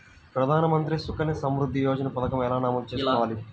ప్రధాన మంత్రి సుకన్య సంవృద్ధి యోజన పథకం ఎలా నమోదు చేసుకోవాలీ?